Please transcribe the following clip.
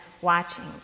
watching